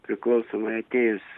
priklausomai atėjus